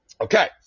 Okay